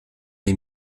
les